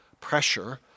pressure